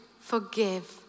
forgive